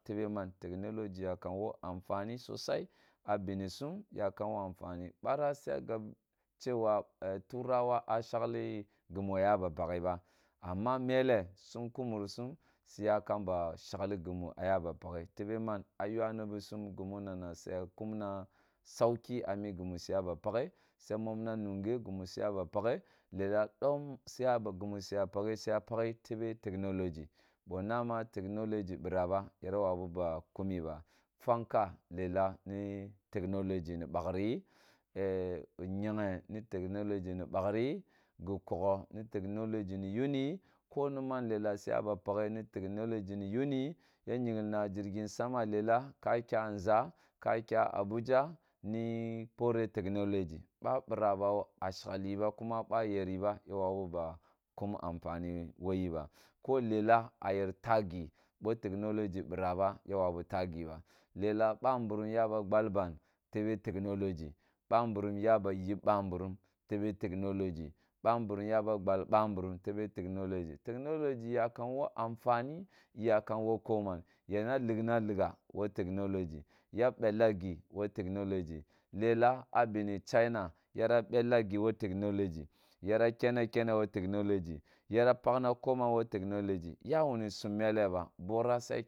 Tebeman, tibe technology yakam woh amfani sosai ah binisum, yakam woh amfani barah, suga gab cewa turawa ya shekli gimi ya ba paghe ba amma melleh sum kumursum suyakam ba shekli gimu ya ba paghe tebe man? Ah ywa ni bi sum gimunana su ah kumna sauki ah mi gimu su ya pakghe, su ya momma nunghe gimu suya ba pakghe, lelah domp suya ba suyaba pakghe tebe technology boh nama technology hiraba, yira wawiba kumi ba fakna leleah ni technology ni bakriyi, kyeghe ni technology ni bakriyi, gi kogho ni technology ni yuni ko nī man lelah suya ba pakghe ni technology ni yuni, ya nyhinlina jirjin sama lelah ka liya nʒha ka kya abuja no poreh technology, ba biraba a sheliba kuma yeriba ya wawu ba kum anfani woh yi ba ko lelah ah yer tahgi boh technology bīraba ya wawu talighi ba lelah babīrim yaba gbalban ni tebe technology, babirim ya ba yip babirim, tebe technology, babirim ya ba gbal babirim tebe technology technology ya kam ko amfani eyakam ko koman, yira rikna righa woh technology, ya bella gi woh technology, lelah ah bemi china yera belleh gi woh technology, yira kena kenneh woh technology, yira kena kenneh woh technology, yira pakna koman woh technology, yawuni sum mellah bah. Borah sai